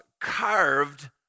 carved